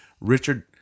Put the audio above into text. Richard